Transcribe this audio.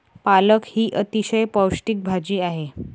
पालक ही अतिशय पौष्टिक भाजी आहे